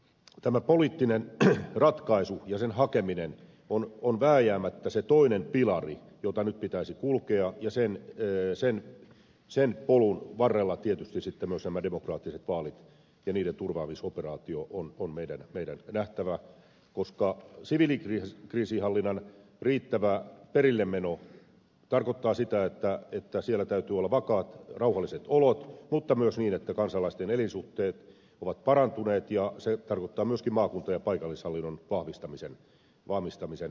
tämä poliittinen ratkaisu ja sen hakeminen on vääjäämättä se toinen pilari jota nyt pitäisi kulkea ja sen polun varrella tietysti sitten myös nämä demokraattiset vaalit ja niiden turvaamisoperaatio on meidän nähtävä koska siviilikriisinhallinnan riittävä perillemeno tarkoittaa sitä että siellä täytyy olla vakaat rauhalliset olot mutta myös niin että kansalaisten elinolosuhteet ovat parantuneet ja se tarkoittaa myöskin maakunta ja paikallishallinnon vahvistamisen välttämättömyyttä